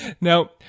Now